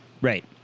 Right